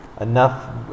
enough